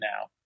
now